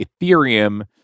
Ethereum